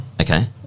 Okay